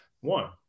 one